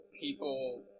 people